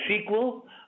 sequel